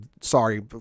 sorry